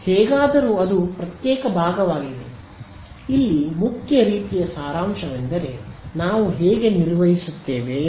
ಹೇಗಾದರೂ ಅದು ಪ್ರತ್ಯೇಕ ಭಾಗವಾಗಿದೆ ಇಲ್ಲಿ ಮುಖ್ಯ ರೀತಿಯ ಸಾರಾಂಶವೆಂದರೆ ನಾವು ಹೇಗೆ ನಿರ್ವಹಿಸುತ್ತೇವೆ ಎಂಬುದು